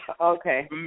Okay